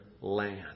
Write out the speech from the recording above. land